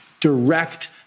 direct